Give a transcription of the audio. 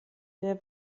der